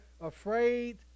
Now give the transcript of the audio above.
afraid